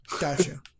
gotcha